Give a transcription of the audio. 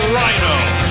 Rhino